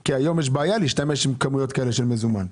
כי היום יש בעיה להשתמש בכמויות כאלה של מזומן.